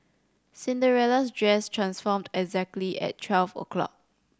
Cinderella's dress transformed exactly at twelve o'clock